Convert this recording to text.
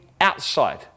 outside